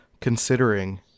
considering